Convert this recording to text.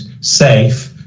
safe